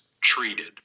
treated